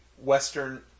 Western